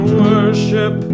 worship